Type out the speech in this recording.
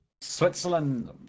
Switzerland